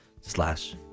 slash